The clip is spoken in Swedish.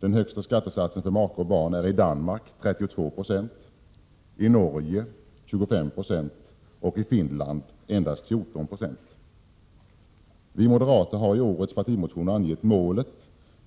Den högsta skattesatsen för make och barn är i Danmark 32 96, i Norge 25 90 och i Finland endast 14 20. Vi moderater har i årets partimotion angett målet